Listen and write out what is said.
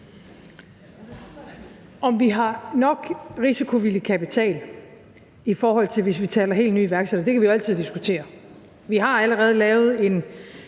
Om vi har nok risikovillig kapital i forhold til nye iværksættere, kan vi jo altid diskutere. Vi har allerede lavet en